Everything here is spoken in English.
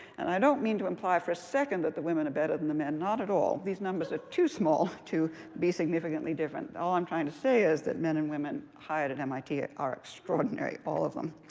and i don't mean to imply for a second that the women are better than the men, not at all. these numbers are too small to be significantly different. all i'm trying to say is that men and women hired at mit are extraordinary, all of them.